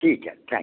ठीक है thank you